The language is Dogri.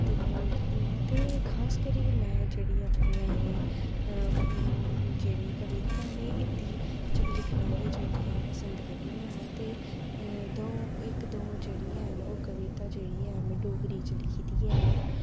ते में ओह् लिखनियां ते खास करी में जेह्ड़ी अपनियां जेह्ड़ियां कवितां न हिंदी च लिखना गै जेह्ड़ियां पसंद करनियां ते द'ऊं इक द'ऊं जेह्ड़ियां हैन कविता हैन में डोगरी